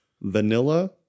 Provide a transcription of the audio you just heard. vanilla